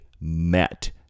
met